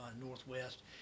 Northwest